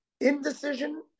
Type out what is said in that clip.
indecision